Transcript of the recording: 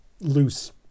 loose